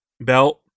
belt